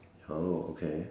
ya okay